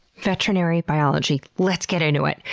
veterinary biology. let's get into it.